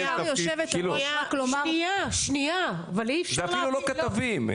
שנייה --- מירב, זה אפילו לא כתבים.